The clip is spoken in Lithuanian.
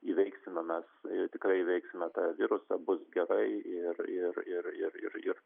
įveiksime mes tikrai įveiksime tą virusą bus gerai ir ir ir ir ir